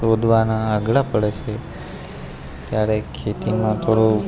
શોધવાના અઘરા પડે છે ત્યારે ખેતીમાં થોડો